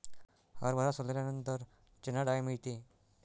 हरभरा सोलल्यानंतर चणा डाळ मिळते